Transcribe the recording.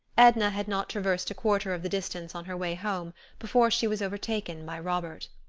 edna had not traversed a quarter of the distance on her way home before she was overtaken by robert.